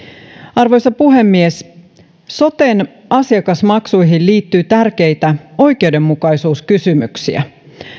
arvoisa puhemies soten asiakasmaksuihin liittyy tärkeitä oikeudenmukaisuuskysymyksiä